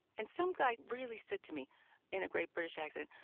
and some guy really said to me in a great british accent,